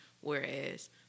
whereas